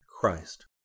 Christ